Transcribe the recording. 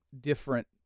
different